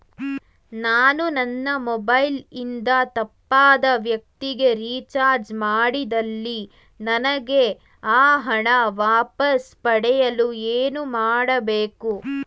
ನಾನು ನನ್ನ ಮೊಬೈಲ್ ಇಂದ ತಪ್ಪಾದ ವ್ಯಕ್ತಿಗೆ ರಿಚಾರ್ಜ್ ಮಾಡಿದಲ್ಲಿ ನನಗೆ ಆ ಹಣ ವಾಪಸ್ ಪಡೆಯಲು ಏನು ಮಾಡಬೇಕು?